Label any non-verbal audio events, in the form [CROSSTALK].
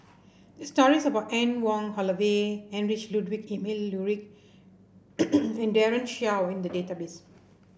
there are stories about Anne Wong Holloway Heinrich Ludwig Emil Luering [NOISE] and Daren Shiau in the database